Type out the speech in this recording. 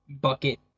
bucket